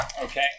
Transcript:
Okay